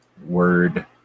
word